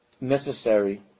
necessary